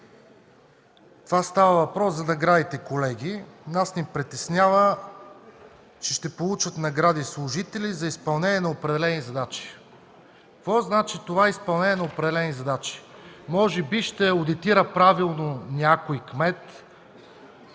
Става въпрос за наградите, колеги. Нас ни притеснява, че ще получат награди служители за изпълнение на определени задачи. Какво значи това „изпълнение на определени задачи”? Може би ще одитира правилно на някой кмет?